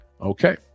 Okay